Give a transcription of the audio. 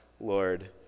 Lord